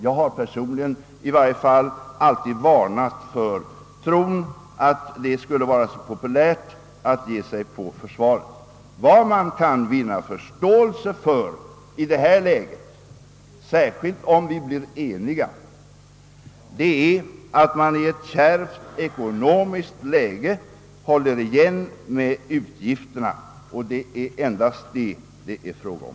Jag har personligen alltid varnat för tron att det skulle vara så populärt att ge sig på försvaret. Vad man kan vinna förståelse för i detta läge, särskilt om vi blir eniga, är att man i en kärv ekonomisk situation håller igen med utgifterna. Det är endast detta det är fråga om.